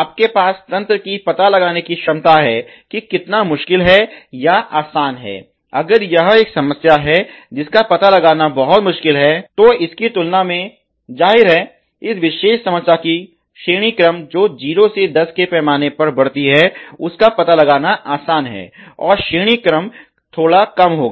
आपके पास तंत्र की पता लगाने की क्षमता है कि कितना मुश्किल है या आसान है अगर यह एक समस्या है जिसका पता लगाना बहुत मुश्किल है तो इस की तुलना में जाहिर है उस विशेष समस्या की श्रेणी क्रम जो 0 से 10 के पैमाने पर बढ़ती है उसका पता लगाना आसान है और श्रेणी क्रम थोड़ा कम होगा